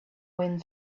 wind